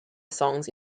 songs